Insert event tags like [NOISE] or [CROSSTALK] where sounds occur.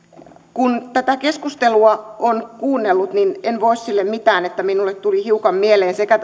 kun tätä keskustelua on kuunnellut niin en voi sille mitään että minulle tuli hiukan mieleen sekä [UNINTELLIGIBLE]